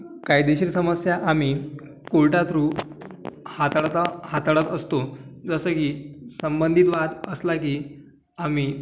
कायदेशीर समस्या आम्ही कोर्टा थ्रू हाताळता हाताळत असतो जसं की संबंधित वाद असला की आम्ही